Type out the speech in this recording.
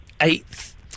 eighth